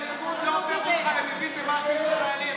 זה שאתה בליכוד לא הופך אותך למבין במה זה ישראלי,